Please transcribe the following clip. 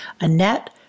Annette